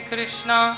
Krishna